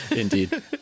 Indeed